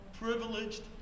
privileged